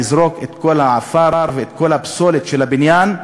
לזרוק את כל העפר ואת כל הפסולת של הבניין,